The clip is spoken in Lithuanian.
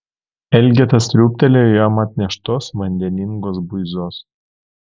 elgeta sriūbtelėjo jam atneštos vandeningos buizos